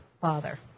father